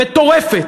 מטורפת.